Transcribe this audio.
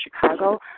Chicago